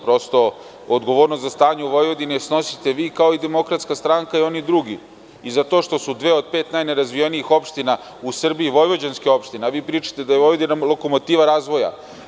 Prosto, odgovornost za stanje u Vojvodini snosite vi, kao i Demokratska stranka i oni drugi i za to što su dve od pet najnerazvijenijih opština u Srbiji vojvođanske opštine, a vi pričate da je Vojvodina lokomotiva razvoja.